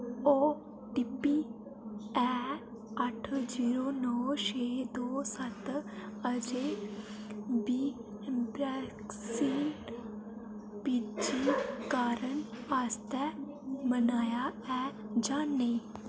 OTP है अट्ठ zero नौ शे दो सत्त अजें बी वैक्सीन पंजीकारण आस्तै मनाया ऐ जां नेईं